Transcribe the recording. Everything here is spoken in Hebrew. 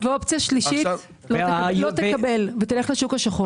אופציה שלישית לא תקבל ולך לשוק השחור.